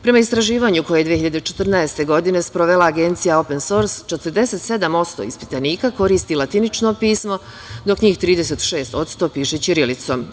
Prema istraživanju koje je 2014. godine sprovela agencija „Open sors“ 47% ispitanika koristi latinično pismo, dok njih 36% piše ćirilicom.